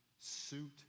suit